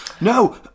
No